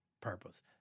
purpose